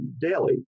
daily